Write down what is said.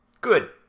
Good